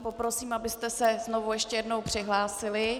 Poprosím, abyste se znovu ještě jednou přihlásili.